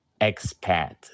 expat